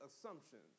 assumptions